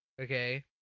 okay